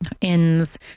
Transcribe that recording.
inns